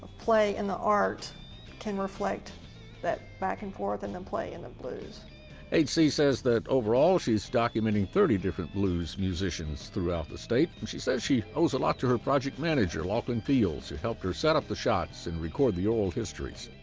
play in the art can reflect that back and forth and and play in the blues. grayson hc says that overall, she's documenting thirty different blues musicians throughout the state. and she says she owes a lot to her project manager, lauchlin fields, who helped her set up the shots and record the oral histories.